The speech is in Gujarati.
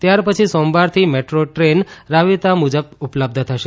ત્યારપછી સોમવારથી મેટ્રો ટ્રેન રાબેતા મુજબ ઉપલબ્ધ થશે